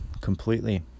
completely